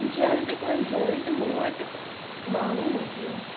जल्द खां जल्द मूं वटि माण्हू मोकिलियो